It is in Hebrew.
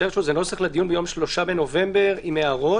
נוסח לדיון ביום 3.11, עם הערות.